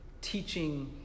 teaching